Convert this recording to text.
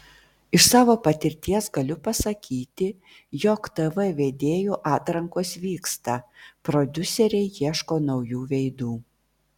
iš savo patirties galiu pasakyti jog tv vedėjų atrankos vyksta prodiuseriai ieško naujų veidų